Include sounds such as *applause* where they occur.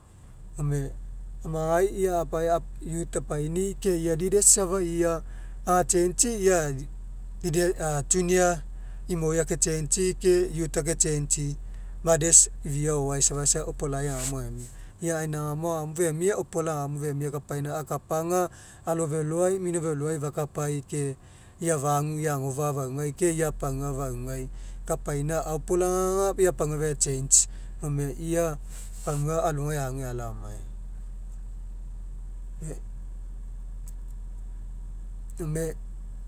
Gome ia magai apa apaini ke ia leaders safa aga changei ia a junior imoi ake changei ke youth ake changei mothers ifiao o'oae safa opolai agaomo agemia ia gaina agao agaomo femia opola agaomo femia kapaina akapa aga alo feloai mino feloai fakapai ke ia fagu ia agofa'a faugai ke ia pagua faugai kaina *unintelligible* aga ia a pagua alogai fe changei gome ia pagua alogai ague alao amai. *unintelligible*